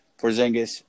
porzingis